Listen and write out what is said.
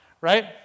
right